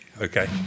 Okay